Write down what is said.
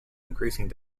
increasing